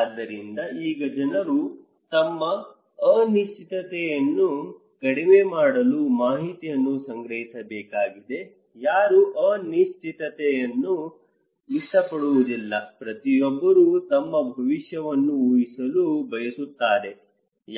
ಆದ್ದರಿಂದ ಈಗ ಜನರು ತಮ್ಮ ಅನಿಶ್ಚಿತತೆಯನ್ನು ಕಡಿಮೆ ಮಾಡಲು ಮಾಹಿತಿಯನ್ನು ಸಂಗ್ರಹಿಸಬೇಕಾಗಿದೆ ಯಾರೂ ಅನಿಶ್ಚಿತತೆಯನ್ನು ಇಷ್ಟಪಡುವುದಿಲ್ಲ ಪ್ರತಿಯೊಬ್ಬರೂ ತಮ್ಮ ಭವಿಷ್ಯವನ್ನು ಊಹಿಸಲು ಬಯಸುತ್ತಾರೆ